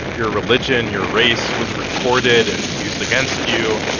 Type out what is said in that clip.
your religion, your race was recorded and used against you.